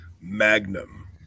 Magnum